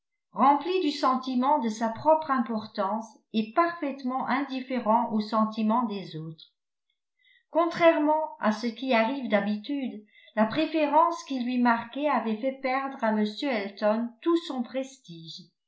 rempli du sentiment de sa propre importance et parfaitement indifférent aux sentiments des autres contrairement à ce qui arrive d'habitude la préférence qu'il lui marquait avait fait perdre à m elton tout son prestige